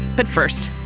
but first